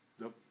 Nope